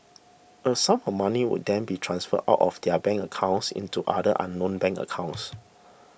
a sum of money would then be transferred out of their bank accounts into other unknown bank accounts